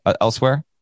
elsewhere